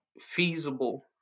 feasible